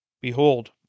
Behold